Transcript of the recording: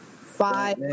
Five